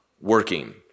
working